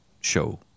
show